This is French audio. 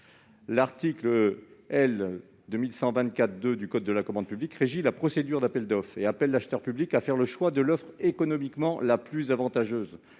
L'article L. 2124-2 du code de la commande publique régit la procédure d'appel d'offres et appelle l'acheteur public à faire le choix de l'« offre économiquement la plus avantageuse